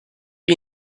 you